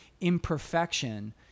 imperfection